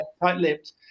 tight-lipped